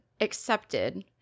accepted